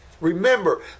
Remember